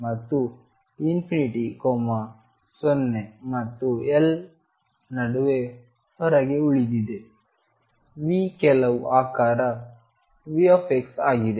ಮತ್ತು 0 ಮತ್ತು L ನಡುವೆ ಹೊರಗೆ ಉಳಿದಿದೆ V ಕೆಲವು ಆಕಾರ V ಆಗಿದೆ